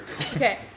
Okay